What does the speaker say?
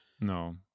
No